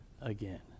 again